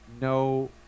no